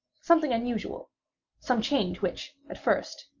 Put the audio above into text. something unusual some change which, at first,